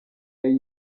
yari